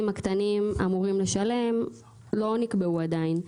הקטנים אמורים לשלם לא נקבעו עדיין.